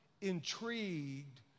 intrigued